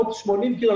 עוד 80 ק"ג,